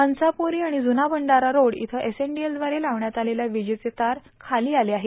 हंसापुरी आणि जुना भंडारा रोड इथं एसएनडीएलद्वारे लावण्यात आलेले विजेचे तार खाली आले आहे